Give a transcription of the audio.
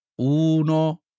uno